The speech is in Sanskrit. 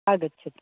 आगच्छतु